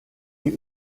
you